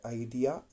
idea